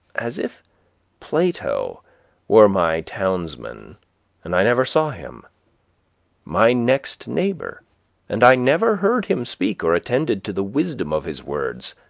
as if plato were my townsman and i never saw him my next neighbor and i never heard him speak or attended to the wisdom of his words.